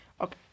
Okay